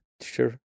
Sure